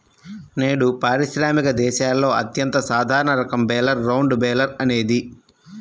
నేడు పారిశ్రామిక దేశాలలో అత్యంత సాధారణ రకం బేలర్ రౌండ్ బేలర్ అనేది